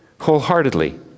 wholeheartedly